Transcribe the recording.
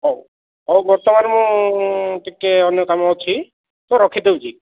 ହଉ ହଉ ବର୍ତ୍ତମାନ ମୁଁ ଟିକେ ଅନ୍ୟ କାମ ଅଛି ତ ରଖି ଦେଉଛି